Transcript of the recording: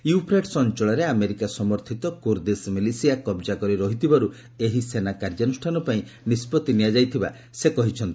Euphrates ଅଞ୍ଚଳରେ America ସମର୍ଥିତ Kurdish militia କବ୍ଜା କରି ରହିଥିବାରୁ ଏହି ସେନା କାର୍ଯ୍ୟାନୁଷ୍ଠାନ ପାଇଁ ନିଷ୍ପଭି ନିଆଯାଇଥିବା ସେ କହିଛନ୍ତି